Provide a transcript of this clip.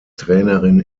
trainerin